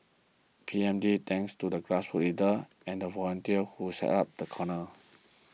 P M Lee thanks to the grassroots leaders and volunteers who set up the corner